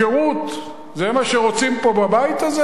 הפקרות, זה מה שרוצים פה בבית הזה?